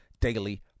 Daily